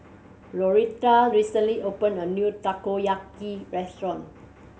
Loretta recently opened a new Takoyaki restaurant